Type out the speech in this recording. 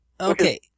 Okay